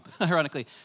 ironically